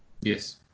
Yes